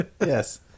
Yes